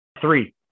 Three